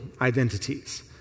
identities